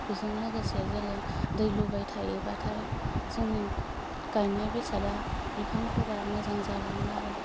बेजों लोगोसे जोङो दै लुबाय थायोबाथाय जों गायनाय बेसादा बिफांफोरा मोजां जालाङो आरो